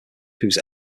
whose